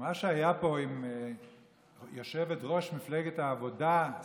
מה שהיה פה עם יושבת-ראש מפלגת העבודה,